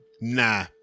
nah